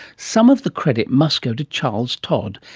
some of the credit must go to charles todd,